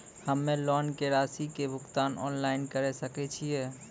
हम्मे लोन के रासि के भुगतान ऑनलाइन करे सकय छियै?